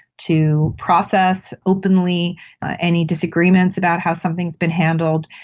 to process openly any disagreements about how something has been handled,